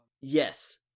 Yes